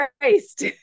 Christ